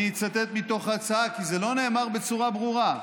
אני אצטט מתוך ההצעה, כי זה לא נאמר בצורה ברורה: